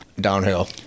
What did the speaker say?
downhill